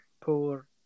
poor